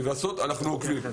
אנחנו עוקבים.